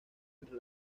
entre